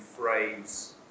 phrase